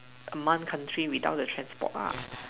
a month country without the transport lah